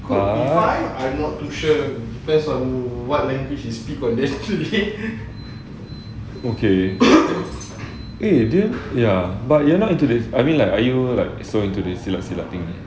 !wah! okay eh then ya but you're not into this I mean like are you like so into the silat-silat thing